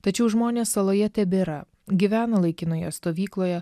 tačiau žmonės saloje tebėra gyvena laikinoje stovykloje